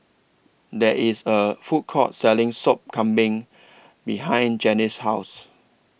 There IS A Food Court Selling Sop Kambing behind Janie's House